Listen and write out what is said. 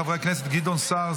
חברי הכנסת: גדעון סער,